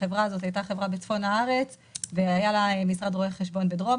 החברה הזאת הייתה בצפון הארץ והיה לה משרד רואי חשבון בדרום